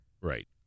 Right